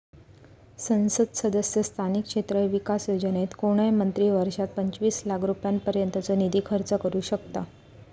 संसद सदस्य स्थानिक क्षेत्र विकास योजनेत कोणय मंत्री वर्षात पंचवीस लाख रुपयांपर्यंतचो निधी खर्च करू शकतां